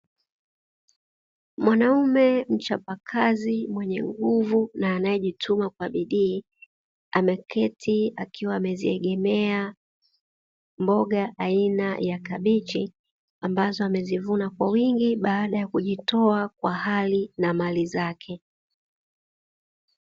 Mwanaume mchapakazi, mwenye nguvu na anaejituma kwa bidii, ameketi akiwa ameziegemea mboga aina ya kabichi ambazo amezivuna kwa wa wingi baada ya kujitoa kwa hali na mali zake.